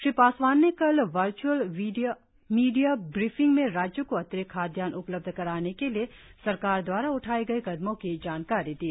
श्री पासवान ने कल वच्अल मीडिया ब्रीफिंग में राज्यों को अतिरिक्त खादयान्न उपलब्ध कराने के लिए सरकार दवारा उठाए गए कदमों की जानकारी दी